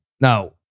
Now